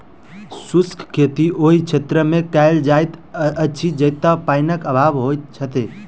शुष्क खेती ओहि क्षेत्रमे कयल जाइत अछि जतय पाइनक अभाव होइत छै